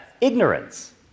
ignorance